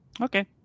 Okay